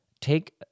take